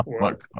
Look